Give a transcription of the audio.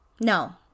No